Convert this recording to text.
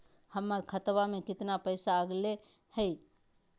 हमर खतवा में कितना पैसवा अगले हई?